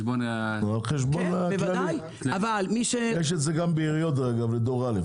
יש את זה גם בעיריות לגבי דור א',